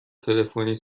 تلفنی